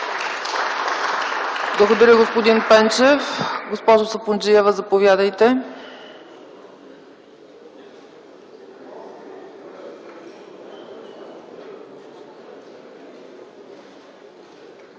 Благодаря, господин Пенчев. Госпожо Сапунджиева, заповядайте.